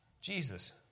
Jesus